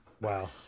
Wow